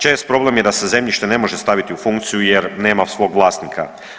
Čest problem je da se zemljište ne može staviti u funkciju jer nama svog vlasnika.